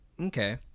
Okay